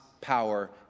power